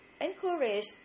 encourage